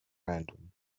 random